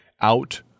out